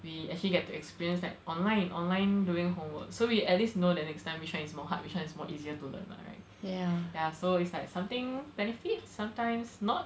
we actually get to experience like online online doing homework so we at least know the next time we know which one is more hard which one is more easier to learn [what] right ya so it's like something benefit sometimes not